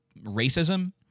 racism